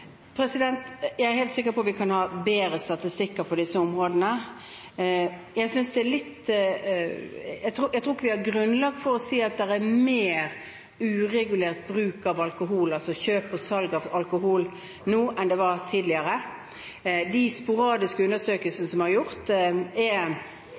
Jeg er helt sikker på at vi kunne hatt bedre statistikk på disse områdene. Jeg tror ikke vi har grunnlag for å si at det er mer uregulert kjøp og salg av alkohol nå enn det var tidligere. De sporadiske undersøkelsene som har vært gjort,